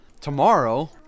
Tomorrow